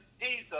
Jesus